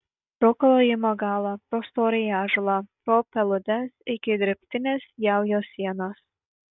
pro klojimo galą pro storąjį ąžuolą pro peludes iki drėbtinės jaujos sienos